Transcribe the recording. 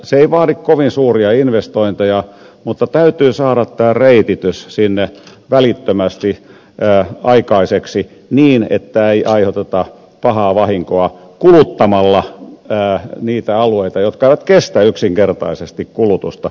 se ei vaadi kovin suuria investointeja mutta täytyy saada tämä reititys sinne välittömästi aikaiseksi niin että ei aiheuteta pahaa vahinkoa kuluttamalla niitä alueita jotka eivät yksinkertaisesti kestä kulutusta